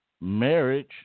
marriage